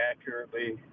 accurately